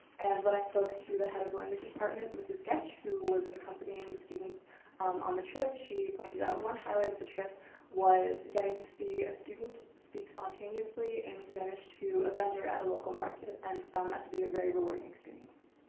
and when i spoke to the head of the language department, mrs. getch, who was accompanying the students on the trip, she pointed out one high light of the trip was getting to see a student speak spontaneously in spanish to a vendor at a local market and found that to be a very rewarding experience.